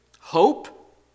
Hope